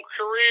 career